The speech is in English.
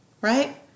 right